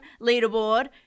leaderboard